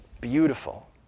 beautiful